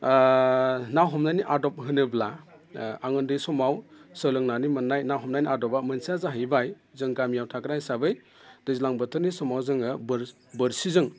ना हमनायनि आदब होनोब्ला आं उन्दै समाव सोलोंनानै मोननाय ना हमनायनि आदबा मोनसेया जाहैबाय जों गामियाव थाग्रा हिसाबै दैज्लां बोथोरनि समाव जोङो बोरसिजों